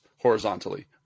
horizontally